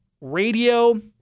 radio